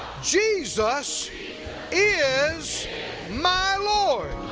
jesus is my lord.